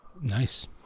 nice